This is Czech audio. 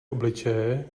obličeje